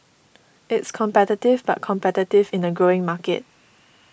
it's competitive but competitive in a growing market